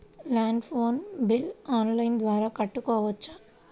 Land phone bill online ద్వారా కట్టుకోవచ్చు?